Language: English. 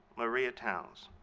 maria town,